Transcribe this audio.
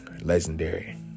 legendary